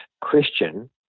Christian